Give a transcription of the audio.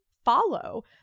Follow